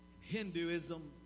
Hinduism